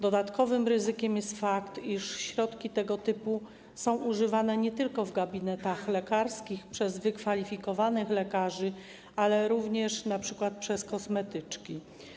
Dodatkowym ryzykiem jest fakt, iż środki tego typu są używane nie tylko w gabinetach lekarskich przez wykwalifikowanych lekarzy, ale również np. przez kosmetyczki.